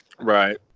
Right